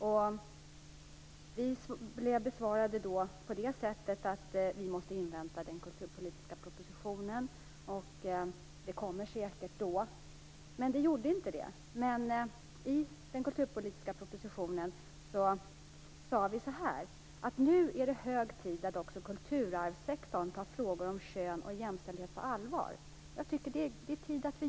Svaret blev att det var nödvändigt att invänta den kulturpolitiska propositionen, där det säkert skulle komma något. Men så blev det inte. Beträffande den kulturpolitiska propositionen sade vi: Nu är det hög tid att också kulturarvssektorn tar frågor om kön och jämställdhet på allvar. Jag tycker att det nu är dags för det.